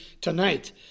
tonight